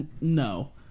no